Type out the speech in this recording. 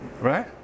Right